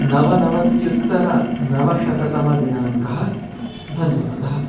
नवनवत्युत्तर नवशततमदिनाङ्कः धन्यवादः